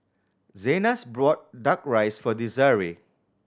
Zenas bought Duck Rice for Desirae